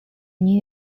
new